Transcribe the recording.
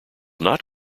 not